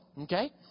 Okay